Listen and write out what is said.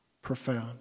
profound